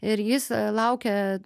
ir jis laukia